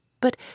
but